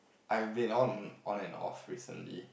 I've been on on and off recently